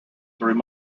through